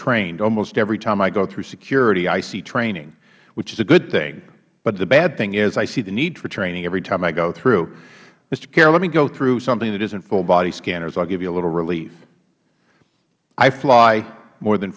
trained almost every time i go through security i see training which is a good thing but the bad thing is i see the need for training every time i go through mister kair let me go through something that isn't full body scanners i will give you a little relief i fly more than